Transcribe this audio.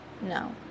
No